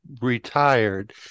retired